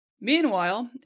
Meanwhile